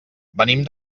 venim